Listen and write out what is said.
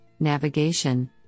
navigation